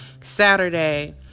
Saturday